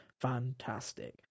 fantastic